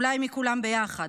אולי מכולן ביחד.